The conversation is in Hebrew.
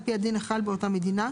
על פי הדין החל באותה מדינה,